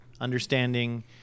understanding